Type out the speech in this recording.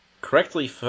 Correctly